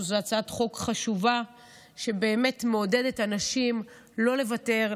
זו הצעת חוק חשובה שבאמת מעודדת אנשים לא לוותר,